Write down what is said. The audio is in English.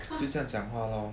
就这样讲话 lor